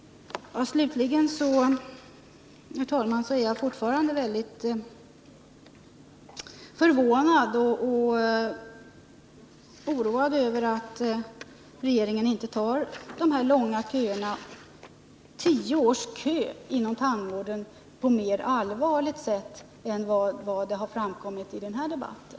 Slutligen, herr talman, är jag fortfarande mycket förvånad och oroad över att regeringen inte tar de långa köerna — tio års väntetid — inom tandvården mera på allvar än som framkommit i den här debatten.